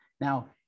Now